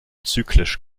zyklisch